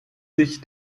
sich